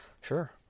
Sure